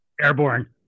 Airborne